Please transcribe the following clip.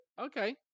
Okay